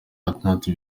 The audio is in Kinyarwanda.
gatandatu